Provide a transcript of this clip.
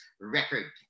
Record